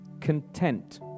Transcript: content